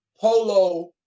polo